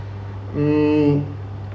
um